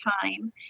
time